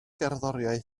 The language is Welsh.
gerddoriaeth